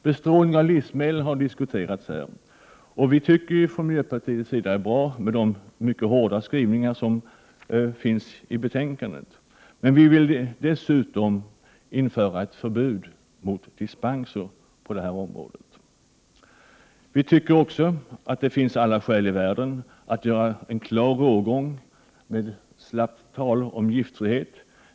Bestrålning av livsmedel har diskuterats här. Vii miljöpartiet tycker att de mycket hårda formuleringarna i betänkandet är bra, men vi vill dessutom införa ett förbud mot dispenser på detta område. Det finns alla skäl i världen att göra en klar rågång mot slappt tal om giftfrihet.